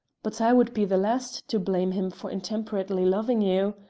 but i would be the last to blame him for intemperately loving you.